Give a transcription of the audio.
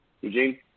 Eugene